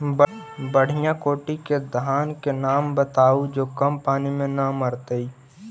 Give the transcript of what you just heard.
बढ़िया कोटि के धान के नाम बताहु जो कम पानी में न मरतइ?